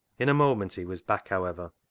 in a moment he was back, however